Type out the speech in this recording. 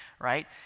right